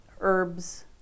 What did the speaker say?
herbs